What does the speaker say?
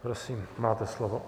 Prosím, máte slovo.